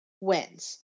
wins